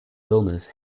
vilnius